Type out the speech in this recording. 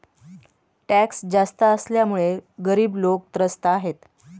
tax जास्त असल्यामुळे गरीब लोकं त्रस्त आहेत